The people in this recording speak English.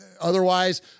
otherwise